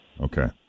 Okay